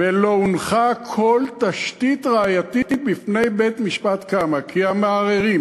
"ולא הונחה כל תשתית ראייתית בפני בית-משפט קמא כי המערערים